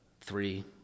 three